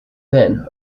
then